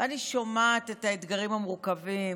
ואני שומעת על האתגרים המורכבים